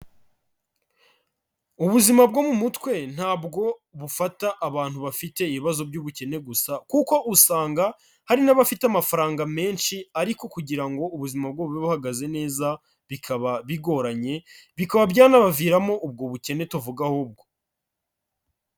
Ubuzima bwo mu mutwe ntabwo bufata abantu bafite ibibazo by'ubukene gusa kuko usanga hari n'abafite amafaranga menshi ariko kugira ngo ubuzima bwabo bube buhagaze neza bikaba bigoranye, bikaba byanabaviramo ubwo bukene tuvuga ahubwo.